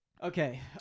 Okay